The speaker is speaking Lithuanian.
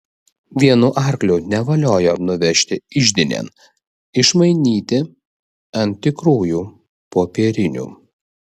vienu arkliu nevaliojo nuvežti iždinėn išmainyti ant tikrųjų popierinių